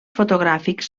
fotogràfics